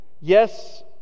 Yes